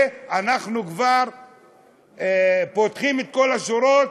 ואנחנו כבר פותחים את כל השורות,